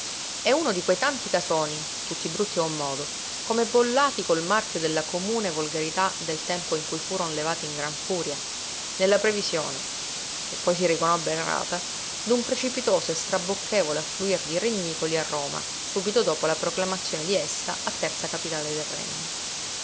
è uno di quei tanti casoni tutti brutti a un modo come bollati col marchio della comune volgarità del tempo in cui furon levati in gran furia nella previsione che poi si riconobbe errata d'un precipitoso e strabocchevole affluir di regnicoli a roma subito dopo la proclamazione di essa a terza capitale del regno